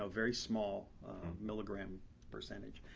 ah very small milligram percentage.